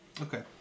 Okay